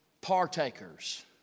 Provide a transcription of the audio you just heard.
partakers